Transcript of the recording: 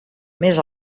més